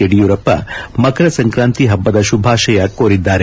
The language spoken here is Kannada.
ಯಡಿಯೂರಪ್ಪ ಮಕರ ಸಂಕ್ರಾಂತಿ ಪಬ್ಲದ ಶುಭಾಶಯ ಕೋರಿದ್ದಾರೆ